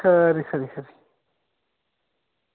खरी खरी खरी